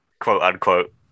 quote-unquote